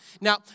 Now